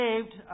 saved